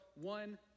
one